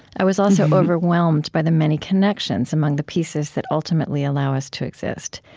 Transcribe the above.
i was also overwhelmed by the many connections among the pieces that ultimately allow us to exist.